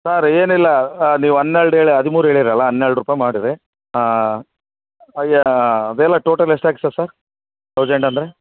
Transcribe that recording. sir ಏನಿಲ್ಲ ನೀವು ಹನ್ನೆರಡು ಹೇಳಿ ಹದಿಮೂರು ಹೇಳಿರಲ್ಲ ಹನ್ನೆರಡು ರೂಪಾಯಿ ಮಾಡಿರಿ ಅಯ್ಯಾ ಅದೆಲ್ಲ ಟೋಟಲ್ ಎಷ್ಟು ಆಗ್ಸದೆ ಸರ್ ತೌಸಂಡ್ ಅಂದರೆ